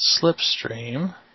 slipstream